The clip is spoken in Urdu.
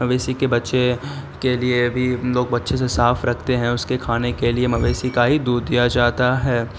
مویشی کے بچے کے لیے بھی ہم لوگ اچھے سے صاف رکھتے ہیں اس کے کھانے کے لیے مویشی کا ہی دودھ دیا جاتا ہے